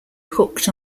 hooked